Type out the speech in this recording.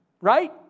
right